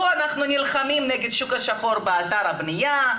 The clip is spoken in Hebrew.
פה אנחנו נלחמים נגד השוק השחור באתר הבניה,